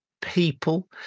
people